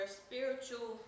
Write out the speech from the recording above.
spiritual